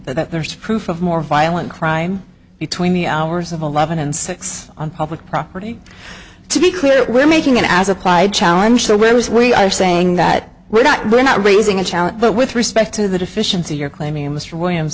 that there is proof of more violent crime between the hours of eleven and six on public property to be clear we're making it as applied challenge where was we are saying that we're not we're not raising a challenge but with respect to the deficiency you're claiming mr williams